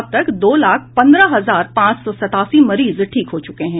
अब तक दो लाख पंद्रह हजार पांच सौ सतासी मरीज ठीक हो चुके हैं